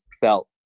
felt